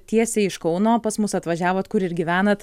tiesiai iš kauno pas mus atvažiavot kur ir gyvenat